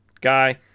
guy